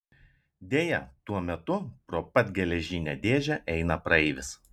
deja tuo metu pro pat geležinę dėžę eina praeivis